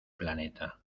planeta